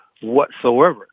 whatsoever